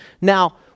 Now